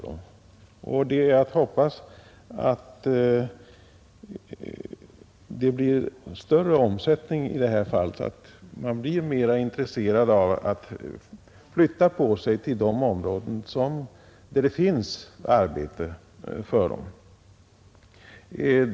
Det är att hoppas att det blir större omsättning i detta fall och att vederbörande blir mera intresserade av att flytta till de områden där det finns arbeten för dem.